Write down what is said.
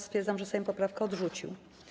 Stwierdzam, że Sejm poprawkę odrzucił.